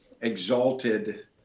exalted